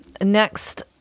next